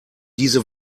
diese